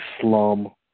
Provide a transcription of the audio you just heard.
slum